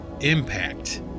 impact